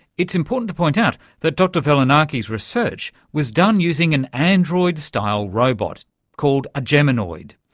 it's important to point out that dr velonaki's research was done using an android style robot called a geminoid,